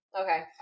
Okay